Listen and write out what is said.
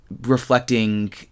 reflecting